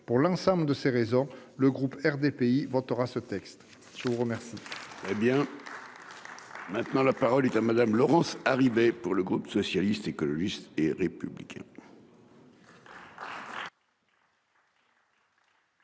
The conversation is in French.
Pour l'ensemble de ces raisons, le groupe RDPI votera ce texte. La parole